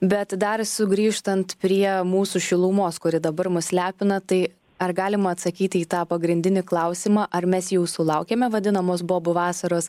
bet dar sugrįžtant prie mūsų šilumos kuri dabar mus lepina tai ar galima atsakyti į tą pagrindinį klausimą ar mes jau sulaukėme vadinamos bobų vasaros